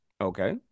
Okay